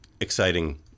exciting